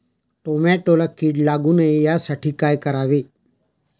टोमॅटोला कीड लागू नये यासाठी काय करावे?